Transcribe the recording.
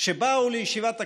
שבאו לישיבת הקבינט,